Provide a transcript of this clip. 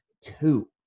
two